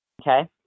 Okay